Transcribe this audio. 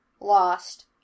Lost